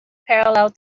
parallel